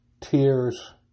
tears